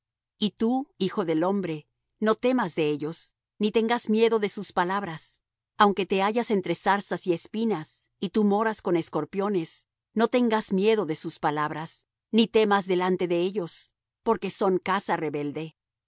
y tú hijo del hombre no temas de ellos ni tengas miedo de sus palabras aunque te hallas entre zarzas y espinas y tú moras con escorpiones no tengas miedo de sus palabras ni temas delante de ellos porque son casa rebelde